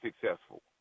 successful